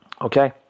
Okay